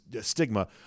stigma